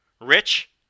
Rich